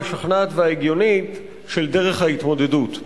המשכנעת וההגיונית של דרך ההתמודדות.